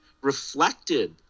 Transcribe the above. reflected